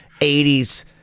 80s